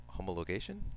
homologation